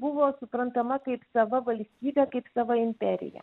buvo suprantama kaip sava valstybė kaip sava imperija